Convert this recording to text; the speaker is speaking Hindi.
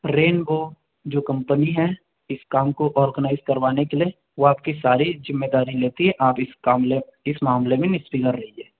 रैन्बो जो कम्पनी है इस काम को ऑर्गनाइज़ करवाने के लिए वो आपकी सारी जिम्मेदारी लेती है आप इस काम में इस मामले में निस फिगर रहिये